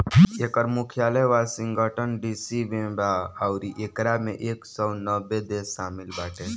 एकर मुख्यालय Washington DC में बा अउरी एकरा में एक सौ नब्बे देश शामिल बाटे